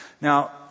Now